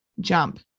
jump